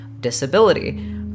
disability